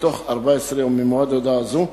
בתוך 14 יום ממועד הודעה זו,